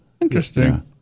Interesting